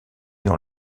dans